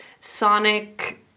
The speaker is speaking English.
sonic